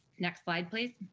next slide, please.